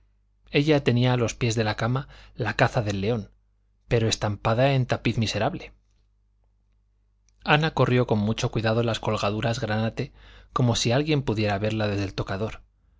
ella tenía a los pies de la cama la caza del león pero estampada en tapiz miserable ana corrió con mucho cuidado las colgaduras granate como si alguien pudiera verla desde el tocador